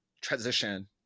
transition